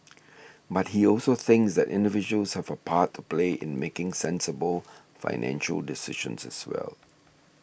but he also thinks that individuals have a part to play in making sensible financial decisions as well